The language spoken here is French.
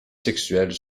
sexuels